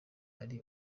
ari